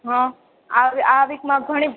હા આ વિકમાં ઘણી